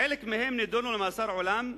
חלק מהם נידונו למאסר עולם,